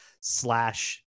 slash